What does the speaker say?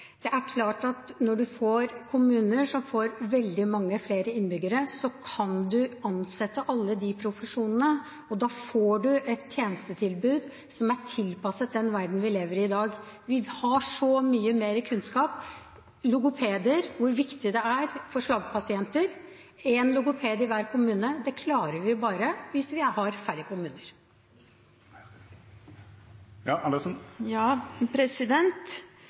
Det er klart at når en får kommuner som får veldig mange flere innbyggere, kan en ansette i alle de profesjonene, og da får en et tjenestetilbud som er tilpasset den verdenen vi lever i i dag. Vi har så mye mer kunnskap – bl.a. om hvor viktig logopeder er for slagpasienter. Å ha en logoped i hver kommune klarer vi bare hvis vi har færre kommuner.